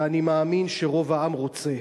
ואני מאמין שרוב העם רוצה,